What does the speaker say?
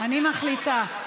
אני מחליטה.